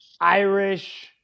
Irish